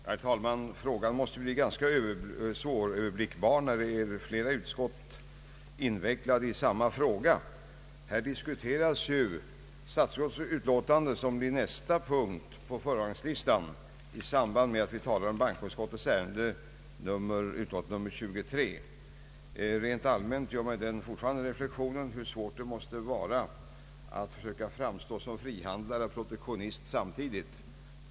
Herr talman! Frågan måste bli ganska svåröverblickbar, när flera utskott är inblandade. I samband med att vi talar om bankoutskottets utlåtande nr 23 diskuteras här statsutskottets utlåtande i nästa punkt på föredragningslistan. Rent allmänt gör man fortfarande reflexionen hur svårt det måste vara att försöka framstå som frihandlare och protektionist samtidigt.